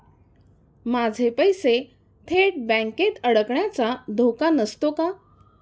माझे पैसे थेट बँकेत अडकण्याचा धोका नसतो का?